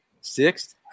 sixth